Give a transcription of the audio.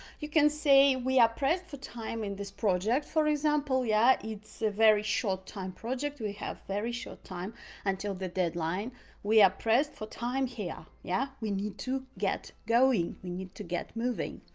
you can say we are pressed for time in this project, for example yeah ah it's it's a very short-time project, we have very short time until the deadline we are pressed for time here. yeah we need to get going, we need to get moving.